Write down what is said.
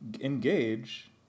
engage